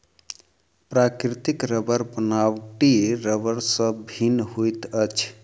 प्राकृतिक रबड़ बनावटी रबड़ सॅ भिन्न होइत अछि